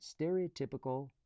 stereotypical